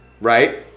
right